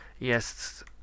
Yes